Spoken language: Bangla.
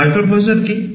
মাইক্রোপ্রসেসর কী